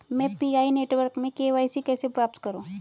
मैं Pi network में KYC कैसे प्राप्त करूँ?